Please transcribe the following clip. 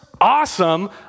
awesome